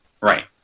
Right